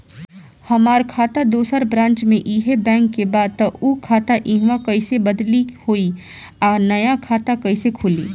हमार खाता दोसर ब्रांच में इहे बैंक के बा त उ खाता इहवा कइसे बदली होई आ नया खाता कइसे खुली?